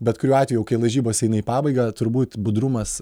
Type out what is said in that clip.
bet kuriuo atveju kai lažybos eina į pabaigą turi būt budrumas